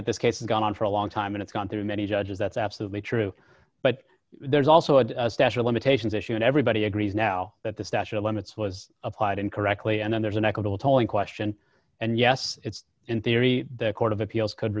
that this case has gone on for a long time and it's gone through many judges that's absolutely true but there's also a statute of limitations issue and everybody agrees now that the statute limits was applied incorrectly and then there's an equitable tolling question and yes it's in theory the court of appeals could